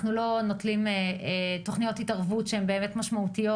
אנחנו לא מקיימים תוכניות התערבות משמעותיות,